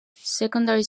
secondary